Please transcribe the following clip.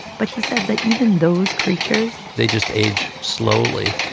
but he says that even those creatures. they just age slowly.